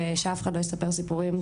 ושאף אחד לא יספר סיפורים.